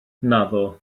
naddo